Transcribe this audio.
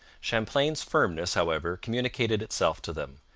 champlain's firmness, however, communicated itself to them,